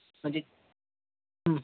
म्हणजे हं हं